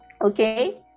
okay